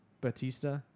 Batista